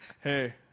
hey